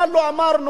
מה לא אמרנו?